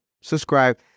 subscribe